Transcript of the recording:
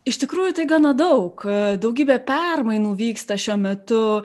iš tikrųjų tai gana daug kad daugybė permainų vyksta šiuo metu